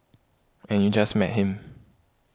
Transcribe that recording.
and you just met him